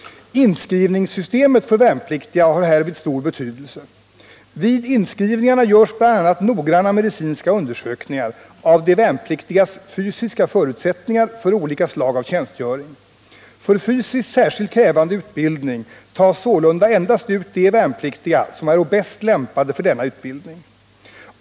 Inskrivningssystemet för värnpliktiga har härvid stor betydelse. Vid inskrivningarna görs bl.a. noggranna medicinska undersökningar av de värnpliktigas fysiska förutsättningar för olika slag av tjänstgöring. För fysiskt särskilt krävande utbildning tas sålunda endast ut de värnpliktiga som är bäst lämpade för denna utbildning.